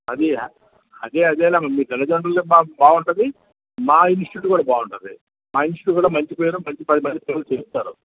అది అది అదేనమ్మా మీ తల్లిదండ్రుల్నీ మాకు బాగుంటుంది మా ఇన్స్టిట్యూట్ కూడా బాగుంటుంది మా ఇన్స్టిట్యూట్ కూడా మంచిపేరు మంచి పది మందిన పిల్లలకు చేరుస్తారు